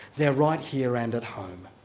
they're right here and at home,